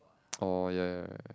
oh ya ya ya